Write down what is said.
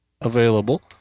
available